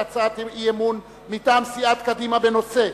הצעת אי-אמון מטעם סיעת קדימה בנושא: